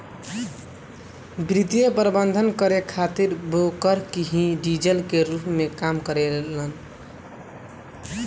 वित्तीय प्रबंधन करे खातिर ब्रोकर ही डीलर के रूप में काम करेलन